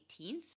18th